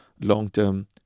long-term